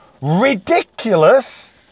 Ridiculous